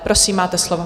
Prosím, máte slovo.